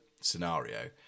scenario